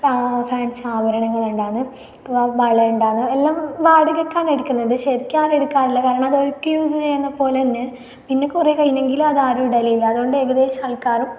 fancy ആഭരണങ്ങളൊണ്ടാന്ന് വള ഒണ്ടാന്ന് എല്ലാം വാടകക്കാണ് എടിക്കുന്നത് ശരിക്കാരും എടുക്കാറില്ല കാരണം അത് ഒരിക്കൽ യൂസ് ചെയ്യുന്നത് പോലെ തന്നെ പിന്നെ കുറെ കഴിഞ്ഞെങ്കിലും അത് ആരും ഇടലില്ല അതുകൊണ്ട് ഏകദേശം ആൾക്കാറും